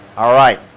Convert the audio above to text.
all right.